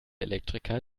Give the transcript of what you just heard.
elektriker